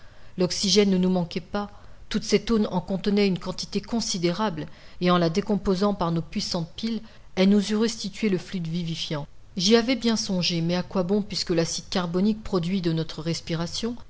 l'oxygène ne nous manquait pas toute cette eau en contenait une quantité considérable et en la décomposant par nos puissantes piles elle nous eût restitué le fluide vivifiant j'y avais bien songé mais à quoi bon puisque l'acide carbonique produit de notre respiration